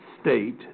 state